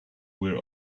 were